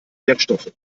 wirkstoffe